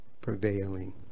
prevailing